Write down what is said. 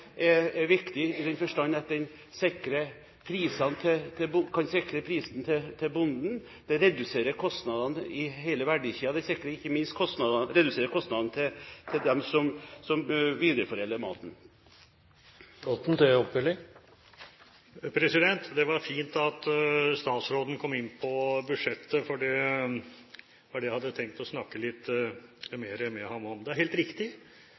viktig i den forstand at den kan sikre prisene til bonden, redusere kostnadene i hele verdikjeden og ikke minst redusere kostnadene for dem som videreforedler maten. Det var fint at statsråden kom inn på budsjettet, for det hadde jeg tenkt å snakke litt mer med ham om. Det er helt riktig